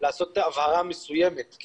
לעשות הבהרה מסוימת.